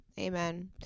Amen